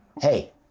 Hey